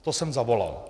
To jsem zavolal.